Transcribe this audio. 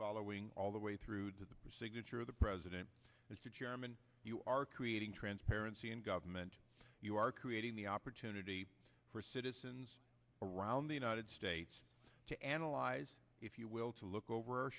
following all the way through to the signature of the president mr chairman you are creating transparency in government you are creating the opportunity for citizens around the united states to analyze if you will to look over our